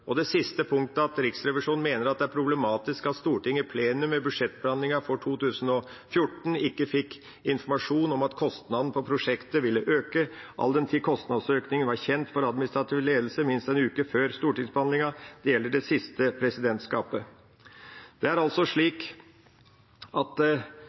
presidentskapet. Det siste punktet, at Riksrevisjonen mener at det er problematisk at Stortinget i plenum ved budsjettbehandlingen for 2014 ikke fikk informasjon om at kostnaden på prosjektet ville øke, all den tid kostnadsøkningen var kjent for administrativ ledelse minst en uke før stortingsbehandlingen, gjelder det siste presidentskapet. Det er altså slik at